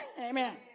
amen